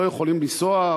לא יכולים לנסוע,